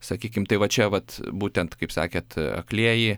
sakykim tai va čia vat būtent kaip sakėt aklieji